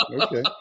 Okay